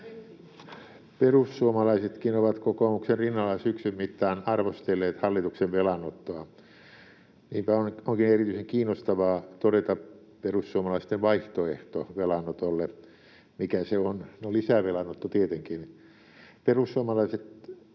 Perussuomalaisetkin ovat kokoomuksen rinnalla syksyn mittaan arvostelleet hallituksen velanottoa. Niinpä onkin erityisen kiinnostavaa todeta perussuomalaisten vaihtoehto velanotolle. Mikä se on? No, lisävelanotto tietenkin. Perussuomalaisten